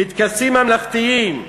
בטקסים ממלכתיים,